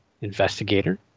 Investigator